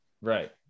right